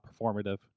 performative